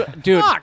Dude